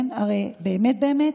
הרי באמת באמת,